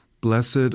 Blessed